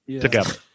together